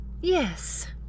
Yes